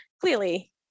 clearly